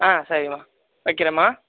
ஆ சரிம்மா வக்கறேம்மா